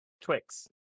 Twix